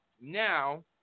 now